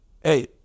hey